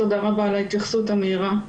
תודה רבה על ההתייחסות המהירה.